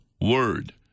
Word